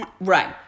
Right